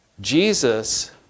Jesus